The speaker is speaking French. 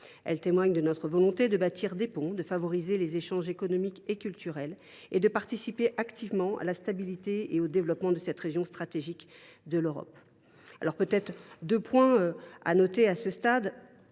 Elle témoigne de notre volonté de bâtir des ponts, de favoriser les échanges économiques et culturels et de participer activement à la stabilité et au développement de cette région stratégique de l’Europe. Je formulerai deux réserves à ce stade.